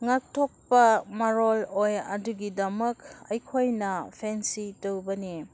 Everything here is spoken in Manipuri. ꯉꯥꯛꯊꯣꯛꯄ ꯃꯔꯨ ꯑꯣꯏ ꯑꯗꯨꯒꯤꯗꯃꯛ ꯑꯩꯈꯣꯏꯅ ꯐꯦꯟꯁꯤꯡ ꯇꯧꯒꯅꯤ